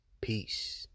Peace